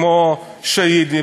כמו שהידים,